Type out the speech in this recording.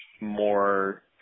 more